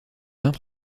vingt